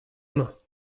mañ